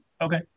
Okay